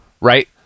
right